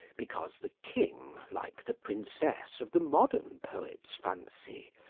because the king, like the princess of the modern poet's fancy,